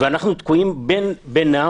ואנחנו תקועים בינם.